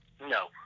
no